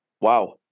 Wow